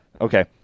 Okay